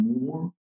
more